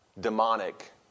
demonic